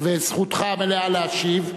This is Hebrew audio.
וזכותך המלאה להשיב,